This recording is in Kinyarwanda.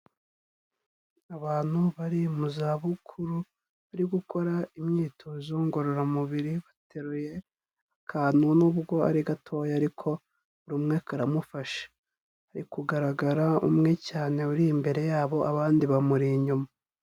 Abantu bari mu zabukuru, bari gukora imyitozo ngororamubiri, bateruye akantu nubwo ari gatoya ariko buri umwe karamufasha. Hari kugaragara umwe cyane uri imbere yabo, abandi bamuri inyuma.